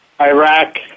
Iraq